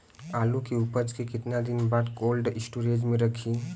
आलू के उपज के कितना दिन बाद कोल्ड स्टोरेज मे रखी?